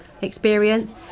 experience